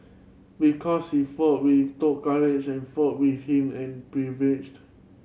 because he fought we took courage and fought with him and